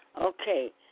okay